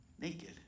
naked